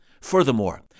Furthermore